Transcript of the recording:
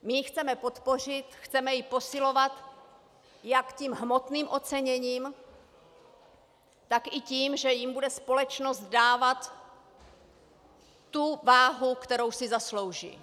My ji chceme podpořit, chceme ji posilovat, jak tím hmotným oceněním, tak i tím, že jim bude společnost dávat tu váhu, kterou si zaslouží.